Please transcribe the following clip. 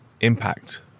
impact